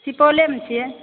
सुपौलेमे छियै